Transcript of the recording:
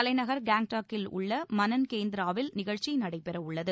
தலைநகர் காங்காக்கில் உள்ள மனன் கேந்திராவில் நிகழ்ச்சி நடைபெறவுள்ளது